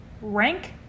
Rank